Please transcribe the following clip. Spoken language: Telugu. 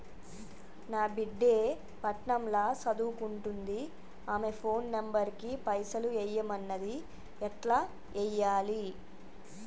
నా బిడ్డే పట్నం ల సదువుకుంటుంది ఆమె ఫోన్ నంబర్ కి పైసల్ ఎయ్యమన్నది ఎట్ల ఎయ్యాలి?